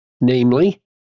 Namely